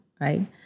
right